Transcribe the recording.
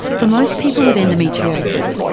for most people with endometriosis,